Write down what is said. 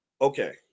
Okay